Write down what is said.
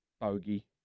Bogey